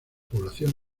población